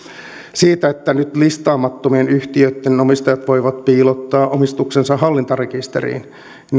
siitä että nyt listaamattomien yhtiöitten omistajat voivat piilottaa omistuksensa hallintarekisteriin